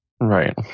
Right